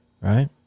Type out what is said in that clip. right